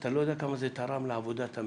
אתה לא יודע כמה זה תרם לעבודת המשרד.